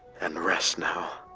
and rest now.